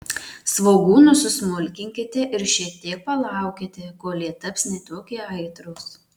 svogūnus susmulkinkite ir šiek tiek palaukite kol jie taps ne tokie aitrūs